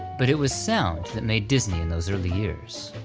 but it was sound that made disney in those early years.